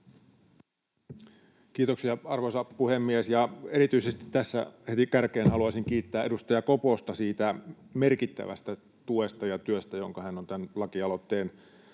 Content: Arvoisa puhemies! Erityisesti tässä heti kärkeen haluaisin kiittää edustaja Koposta siitä merkittävästä tuesta ja työstä, jonka hän on tämän lakialoitteen